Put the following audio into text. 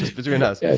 between us. yeah